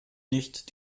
nicht